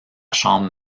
chambre